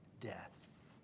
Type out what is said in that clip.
death